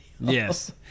Yes